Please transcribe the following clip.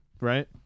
Right